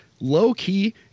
low-key